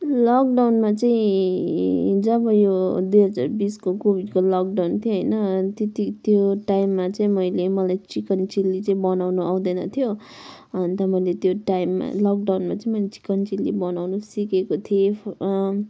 लकडाउनमा चाहिँ जब यो दुई हजार बिसको कोभिडको लकडाउन थियो होइन त्यति त्यो टाइममा चाहिँ मैले मलाई चिकन चिल्ली चाहिँ बनाउनु आउँदैन थियो अन्त मैले त्यो टाइममा लकडाउनमा चाहिँ मैले चिकन चिल्ली बनाउनु सिकेको थिएँ